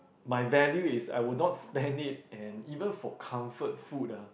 my value is I would not spend it and even for comfort food ah